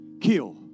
kill